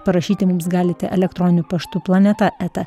parašyti mums galite elektroniniu paštu planeta eta